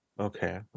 Okay